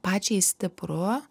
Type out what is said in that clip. pačiai stipru